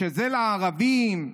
כשזה לערבים,